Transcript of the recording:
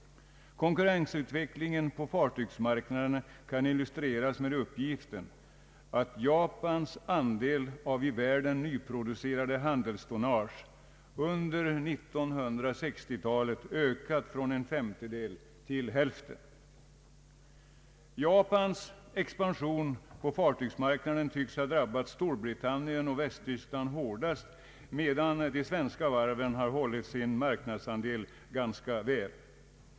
Konkurrensutvecklingen på =<fartygsmarknaden kan illustreras med uppgiften att Japans andel av i världen nyproducerat handelstonnage under 1960 talet ökade från en femtedel till hälften. Japans expansion på fartygsmarknaden tycks ha drabbat Storbritannien och Västtyskland hårdast, medan de svenska varven hållit sin marknadsandel ganska väl.